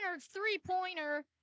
three-pointer